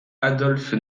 adolphe